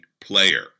player